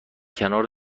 کنار